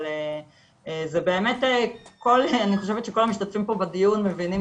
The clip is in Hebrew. אבל באמת אני חושבת שכל המשתתפים פה בדיון יודעים